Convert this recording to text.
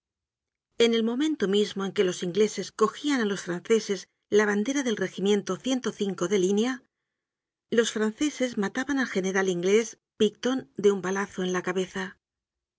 en el momento mismo en que los ingleses cogian á los franceses la bandera del regimiento de línea los franceses mataban al general inglés picton de un balazo en la cabeza